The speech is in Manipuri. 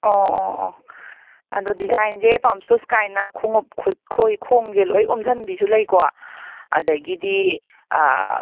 ꯑꯣ ꯑꯣ ꯑꯣ ꯑꯗꯨ ꯗꯤꯖꯥꯏꯟꯖꯦ ꯄꯝ ꯁꯨꯁ ꯀꯥꯏꯅ ꯈꯨꯃꯨꯛ ꯈꯣꯡꯁꯦ ꯂꯣꯏ ꯌꯣꯝꯖꯟꯕꯤꯁꯨ ꯂꯩꯀꯣ ꯑꯗꯒꯤꯗꯤ